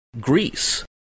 Greece